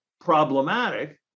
problematic